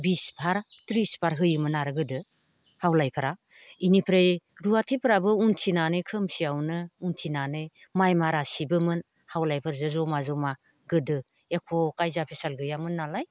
बिस बार थ्रिस बार होयोमोन आरो गोदो हावलायफ्रा बेनिफ्राय रुवाथिफोराबो उनथिनानै खोमसियावनो उनथिनानै माइ मारा सिबोमोन हावलायफोरजों जमा जमा गोदो एख' कायजा फेसाल गैयामोन नालाय